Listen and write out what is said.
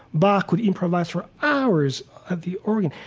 bach would improvise for hours at the organ.